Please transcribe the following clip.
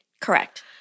Correct